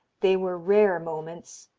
they were rare moments.